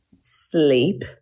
Sleep